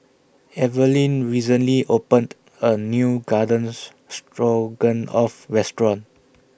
Evaline recently opened A New Garden Stroganoff Restaurant